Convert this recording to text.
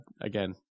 again